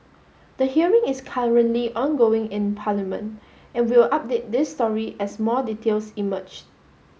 the hearing is currently ongoing in Parliament and we'll update this story as more details emerge